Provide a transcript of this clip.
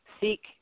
seek